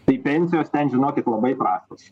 tai pensijos ten žinokit labai prastos